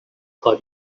got